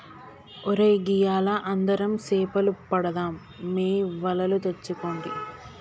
ఒరై గియ్యాల అందరం సేపలు పడదాం మీ వలలు తెచ్చుకోండి